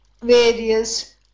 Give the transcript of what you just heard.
various